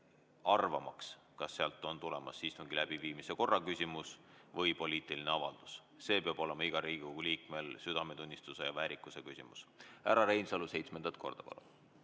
arvamaks, kas sealt on tulemas istungi läbiviimise korra küsimus või poliitiline avaldus. See peab olema iga Riigikogu liikme südametunnistuse ja väärikuse küsimus. Härra Reinsalu, seitsmendat